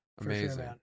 Amazing